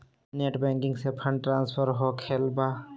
Net banking से fund transfer होखें बा?